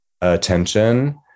attention